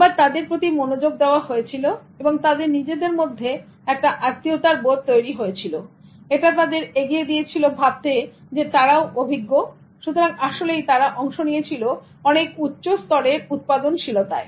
আবার তাদের প্রতি মনোযোগ দেওয়া হয়েছিলো এবং তাদের নিজেদের মধ্যে একটা আত্মীয়তার বোধ তৈরি করেছিল এটা তাদের এগিয়ে দিয়েছিল ভাবতে যে তারাও অভিজ্ঞ সুতরাং আসলেই তারা অংশ নিয়েছিল অনেক উচ্চ স্তরের উৎপাদনশীলতায়